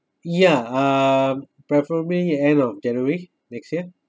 ya uh preferably end of january next year